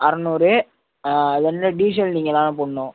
அறநூறு அதில் வந்து டீசல் நீங்கள் தான் போடணும்